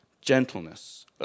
gentleness